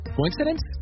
Coincidence